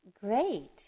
great